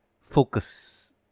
focus